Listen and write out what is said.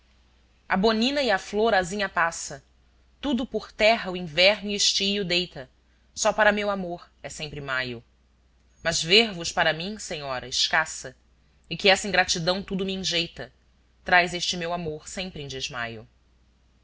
a bonina e a flor asinha passa tudo por terra o inverno e estio deita só para meu amor é sempre maio mas ver-vos para mim senhora escassa e que essa ingratidão tudo me enjeita traz este meu amor sempre em desmaio